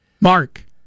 Mark